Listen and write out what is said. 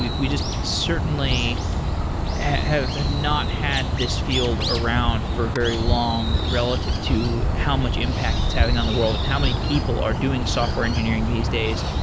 we we just certainly have have not had this field around for very long relative to how much impact it's having on the world and how many people are doing software engineering these days.